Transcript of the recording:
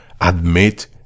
admit